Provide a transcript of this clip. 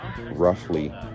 roughly